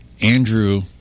Andrew